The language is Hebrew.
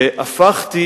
הפכתי